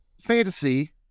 fantasy